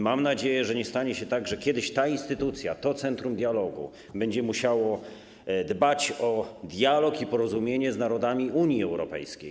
Mam nadzieję, że nie stanie się tak, że kiedyś ta instytucja, to centrum dialogu, będzie musiała dbać o dialog i porozumienie z narodami Unii Europejskiej.